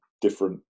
different